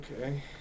Okay